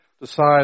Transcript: decide